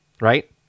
right